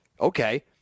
Okay